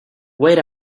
wait